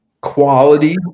quality